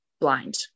blind